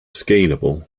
scalable